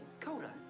Coda